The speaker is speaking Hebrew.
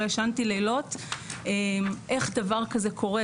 ישנתי לילות בגלל שחשבתי איך דבר כזה קורה,